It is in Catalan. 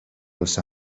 els